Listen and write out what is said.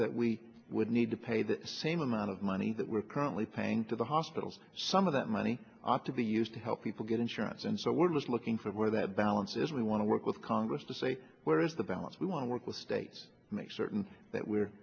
that we would need to pay the same amount of money that we're currently paying to the hospitals some of that money ought to be used to help people get insurance and so we're just looking for where that balance is we want to work with congress to say where is the balance we want to work with states to make certain that we're